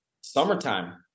summertime